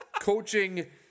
coaching